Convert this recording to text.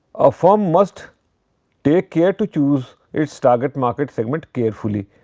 a firm must take care to choose its target market segment carefully.